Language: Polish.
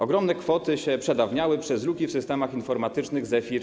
Ogromne kwoty się przedawniały przez luki w systemach informatycznych ZEFIR2.